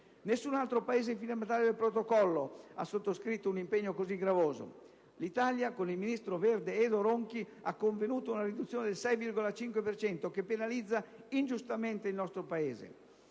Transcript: Nessun altro Paese firmatario del Protocollo ha sottoscritto un impegno così gravoso. L'Italia, con il ministro verde Edo Ronchi, ha convenuto una riduzione del 6,5 per cento, che penalizza ingiustamente il nostro Paese.